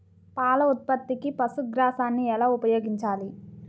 పాల ఉత్పత్తికి పశుగ్రాసాన్ని ఎలా ఉపయోగించాలి?